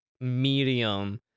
medium